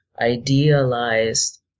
idealized